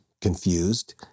confused